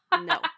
no